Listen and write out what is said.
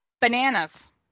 Bananas